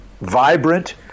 vibrant